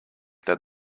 that